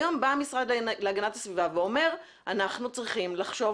היום בא המשרד להגנת הסביבה ואומר שאנחנו צריכים לחשוב